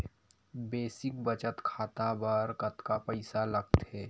Basic बचत खाता बर कतका पईसा लगथे?